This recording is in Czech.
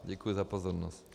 Děkuji za pozornost.